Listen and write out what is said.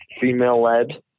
female-led